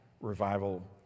revival